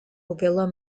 ville